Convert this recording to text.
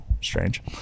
strange